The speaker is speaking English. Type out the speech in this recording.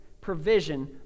provision